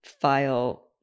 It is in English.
file